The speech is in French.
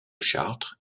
chartres